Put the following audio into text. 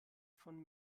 von